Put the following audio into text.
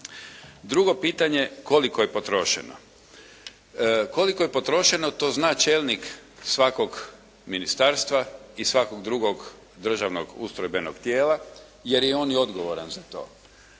Drugo pitanje koliko je potrošeno? Koliko je potrošeno to zna čelnik svakog ministarstva i svakog drugog državnog ustrojbenog tijela jer je on i odgovoran za to.